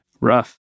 Rough